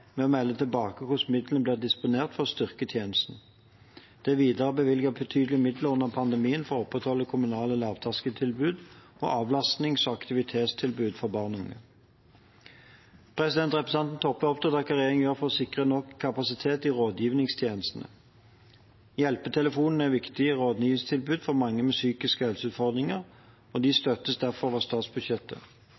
med å melde tilbake hvordan midlene blir disponert for å styrke tjenesten. Det er videre bevilget betydelige midler under pandemien for å opprettholde kommunale lavterskeltilbud og avlastnings- og aktivitetstilbud for barn og unge. Representanten Toppe er opptatt av hva regjeringen gjør for å sikre nok kapasitet i rådgivningstjenestene. Hjelpetelefonene er et viktig rådgivningstilbud for mange med psykiske helseutfordringer, og de